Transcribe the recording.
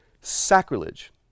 sacrilege